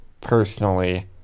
personally